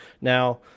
now